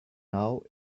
now